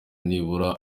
nibura